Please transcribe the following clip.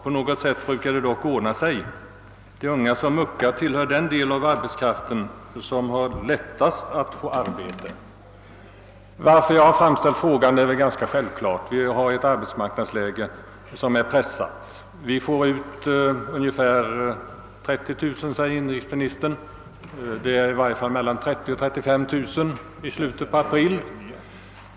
På något sätt brukar det dock ordna sig. De unga som muckar tillhör den del av arbetskraften som har lättast att få arbete.» Anledningen till att jag framställt min fråga är ganska självklar. Vi har ett arbetsmarknadsläge som är pressat. Inrikesministern framhöll att antalet värn pliktiga som slutar sin tjänstgöring under våren uppgår till ungefär 30 000. Det rör sig i varje fall om mellan 30 000 och 35 000 i slutet på april.